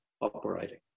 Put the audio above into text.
operating